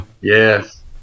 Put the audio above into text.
yes